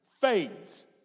fades